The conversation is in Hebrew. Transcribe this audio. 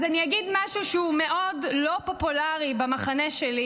אז אני אגיד משהו שהוא מאוד לא פופולרי במחנה שלי,